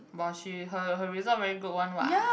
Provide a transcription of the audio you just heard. but she her her result very good one what